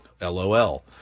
LOL